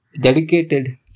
dedicated